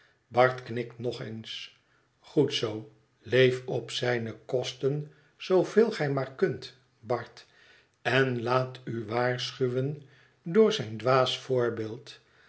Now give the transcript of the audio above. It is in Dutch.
bart knikt nog eens goed zoo leef op zijne kosten zooveel gij maar kunt bart en laat u waarschuwen door zijn dwaas voorbeeld